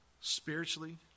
spiritually